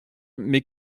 mes